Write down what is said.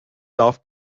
darf